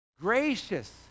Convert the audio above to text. gracious